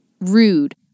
rude